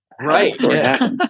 Right